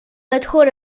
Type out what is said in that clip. بطور